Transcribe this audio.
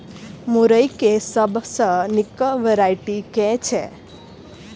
मुरई केँ सबसँ निक वैरायटी केँ छै?